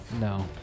No